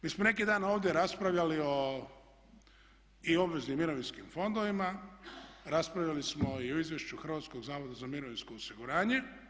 Mi smo neki dan ovdje raspravljali o i obveznim mirovinskim fondovima, raspravljali smo i o izvješću Hrvatskog zavoda za mirovinsko osiguranje.